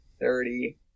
thirty